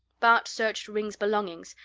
bart searched ringg's belongings,